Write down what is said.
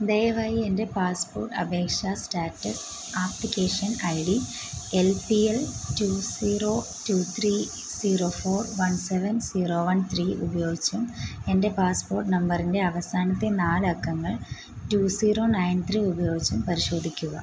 ദയവായി എൻ്റെ പാസ്പോർട്ട് അപേക്ഷാ status application I D L P L two zero two three zero four one seven zero one three ഉപയോഗിച്ചും എൻ്റെ passport നമ്പറിൻ്റെ അവസാനത്തെ നാലക്കങ്ങൾ ടു സീറോ നയൻ ത്രീ ഉപയോഗിച്ചും പരിശോധിക്കുക